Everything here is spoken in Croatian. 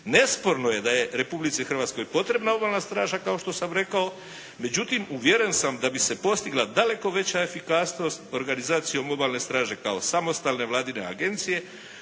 Nesporno je da je Republici Hrvatskoj potrebna Obalna straža kao što sam rekao, međutim uvjeren sam da bi se postigla daleko veća efikasnost organizacijom Obalne straže kao samostalne vladine agencije